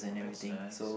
that's nice